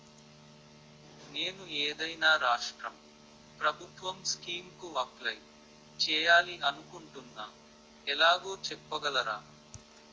నేను ఏదైనా రాష్ట్రం ప్రభుత్వం స్కీం కు అప్లై చేయాలి అనుకుంటున్నా ఎలాగో చెప్పగలరా?